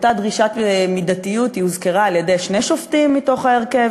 אותה דרישת מידתיות הוזכרה על-ידי שני שופטים מתוך ההרכב,